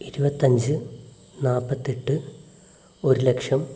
ഇരുപത്തഞ്ച് നാല്പത്തെട്ട് ഒരു ലക്ഷം